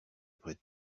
après